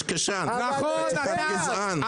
--- קשקשן, גזען.